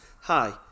Hi